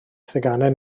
theganau